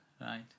right